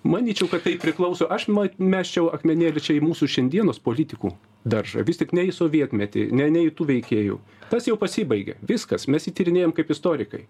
manyčiau kad tai priklauso aš mat mesčiau akmenėlį čia į mūsų šiandienos politikų daržą vis tik ne į sovietmetį ne ne į tų veikėjų tas jau pasibaigė viskas mes jį tyrinėjam kaip istorikai